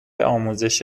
آموزش